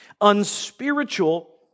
unspiritual